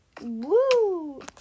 Woo